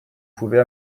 pouvait